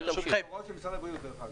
אלו הוראות של משרד הבריאות, דרך אגב.